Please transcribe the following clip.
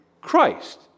Christ